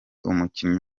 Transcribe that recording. umukinnyi